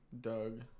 Doug